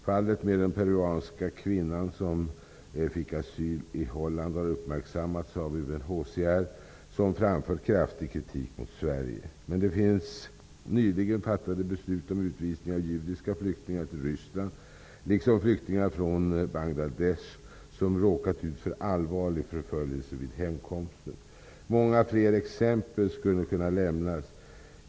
Fallet med den peruanska kvinnan, som fick asyl i Holland, har uppmärksammats av UNHCR, som framfört kraftig kritik mot Sverige. Men det finns nyligen fattade beslut om utvisning av judiska flyktingar från Ryssland liksom flyktingar från Bangladesh, som råkat ut för allvarlig förföljelse vid hemkomsten. Många fler exempel skulle kunna lämnas.